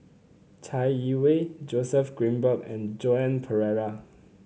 Chai Yee Wei Joseph Grimberg and Joan Pereira